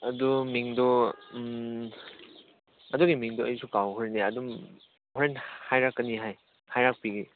ꯑꯗꯨ ꯃꯤꯡꯗꯣ ꯎꯝ ꯑꯗꯨꯒꯤ ꯃꯤꯡꯗꯣ ꯑꯩꯁꯨ ꯀꯥꯎꯈ꯭ꯔꯦꯅꯦ ꯑꯗꯨꯝ ꯍꯣꯔꯦꯟ ꯍꯥꯏꯔꯛꯀꯅꯤ ꯍꯥꯏ ꯍꯥꯏꯔꯛꯄꯤꯒꯦ